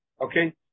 Okay